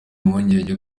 impungenge